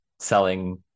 selling